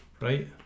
right